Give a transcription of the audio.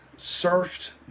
searched